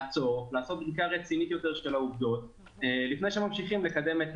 לעשות בדיקה רצינית יותר עם העובדות לפני שממשיכים לקדם את